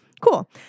Cool